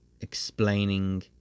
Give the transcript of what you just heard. explaining